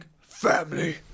Family